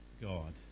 God